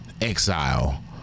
exile